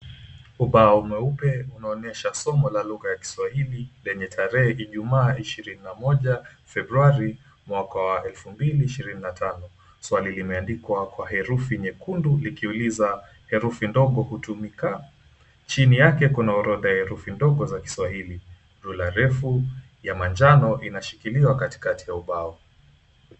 Ubao mweupe unaonyesha somo la lugha ya Kiswahili lenye tarehe Ijumaa ishirini na moja Februari mwaka wa elfu mbili ishirini na tano swali imeandikwa kwa herufi nyekundu likiuliza herufi ndogo hutumika, chini yake kuna orodha ya herufi ndogo za Kiswahili rula refu ya manjano inashikiliwa katikati ya ubao.